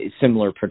similar